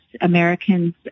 Americans